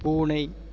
பூனை